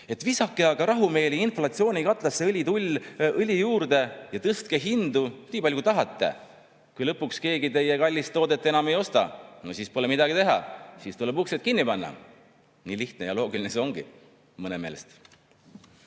et visake aga rahumeeli inflatsioonikatlasse õli juurde ja tõstke hindu nii palju, kui tahate. Kui lõpuks keegi teie kallist toodet enam ei osta, no siis pole midagi teha, siis tuleb uksed kinni panna. Nii lihtne ja loogiline see ongi, mõne meelest.